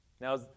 Now